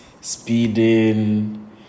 speeding